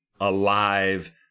alive